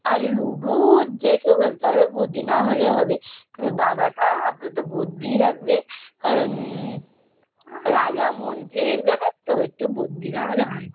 আর ludo যে কেউ খেলতে পারবে বুদ্ধি না হলেও হবে কিন্তু দাবাটা আপাতত বুদ্ধিই লাগবে কারণ রাজা মন্ত্রীর ব্যাপার তো একটু বুদ্ধি না হলে হয় না